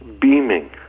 beaming